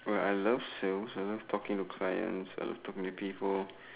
oh I love sales I love talking to clients I love talking to people